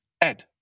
Ed